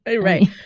right